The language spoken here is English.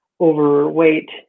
overweight